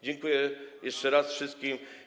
Dziękuję jeszcze raz wszystkim.